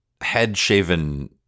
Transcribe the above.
head-shaven